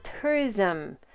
tourism